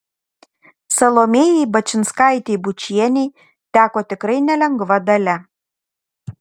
salomėjai bačinskaitei bučienei teko tikrai nelengva dalia